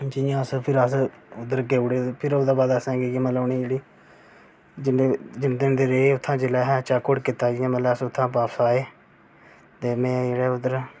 जियां अस फिर अस मतलब उद्धर गे उड़े फेर ओह्दे बाद मतलब असेंगी उनेंगी जेह्ड़ी जिन्ने जिन्ने दिन रेह् उत्थे जेल्लै असें चेकआउट कीता जियां मतलब अस उत्थुआं बापस आए ते में जेह्ड़े उद्धर